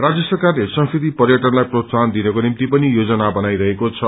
राज्य सरकारले संस्कृति पर्यटनलाई प्रोत्सोहन दिनको निम्ति पनि योजना बनाइरहेको छ